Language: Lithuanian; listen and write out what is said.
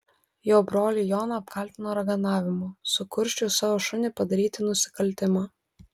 jo brolį joną apkaltino raganavimu sukursčius savo šunį padaryti nusikaltimą